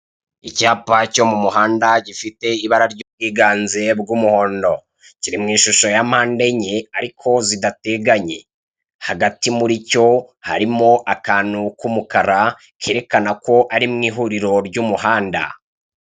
Icyapa cyo mu muhanda gifite ibara ry'ubwiganze bw'umuhondo, kiri mw'ishusho ya mpande enye ariko zidateganye, hagati muricyo harimo akantu kumukara kerekana ko ari mw'ihuriro ry'umuhanda.